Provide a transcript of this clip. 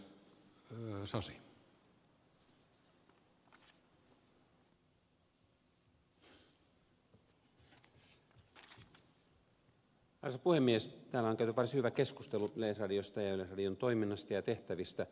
täällä on käyty varsin hyvä keskustelu yleisradiosta ja yleisradion toiminnasta ja tehtävistä